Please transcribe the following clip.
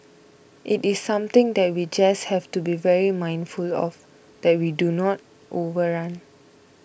it is something that we just have to be very mindful of that we do not overrun